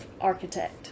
architect